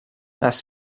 les